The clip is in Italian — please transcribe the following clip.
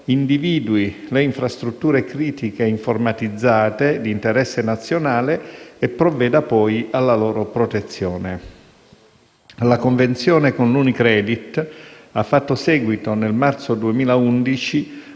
individui le infrastrutture critiche informatizzate di interesse nazionale e provveda poi alla loro protezione. Alla convenzione con l'Unicredit ha fatto seguito nel marzo 2011